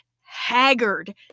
haggard